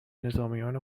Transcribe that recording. نظامیان